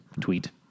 tweet